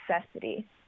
necessity